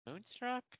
Moonstruck